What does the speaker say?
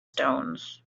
stones